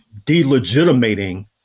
delegitimating